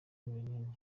n’ibinini